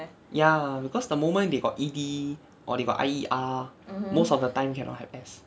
ya because the moment they got E D or they got I E R most of the time cannot have S